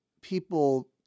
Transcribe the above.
people